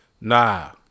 Nah